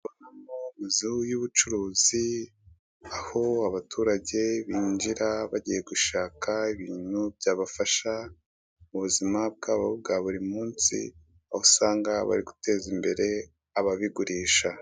Ndi kubonamo inzu y'ubucuruzi, aho abaturage binjira bagiye gushaka ibintu byabafasha mu buzima bwabo bwa buri munsi, aho usanga bari guteza imbere ababigurisha.